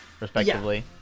respectively